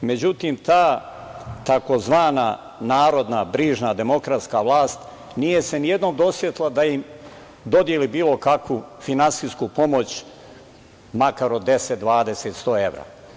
Međutim, ta tzv. narodna, brižna, demokratska vlast, nije se nijednom dosetila da im dodeli bilo kakvu finansijsku pomoć, makar od 10, 20, 100 evra.